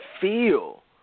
feel